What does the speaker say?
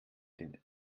den